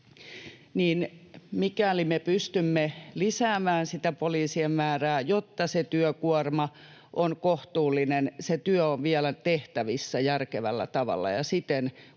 mikäli me pystymme lisäämään sitä poliisien määrää, jotta se työkuorma on kohtuullinen, se työ on vielä tehtävissä järkevällä tavalla